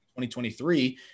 2023